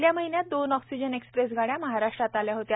गेल्या महिन्यात दोन ऑक्सिजन एक्सप्रेस गाड्या महाराष्ट्रात आल्या होत्या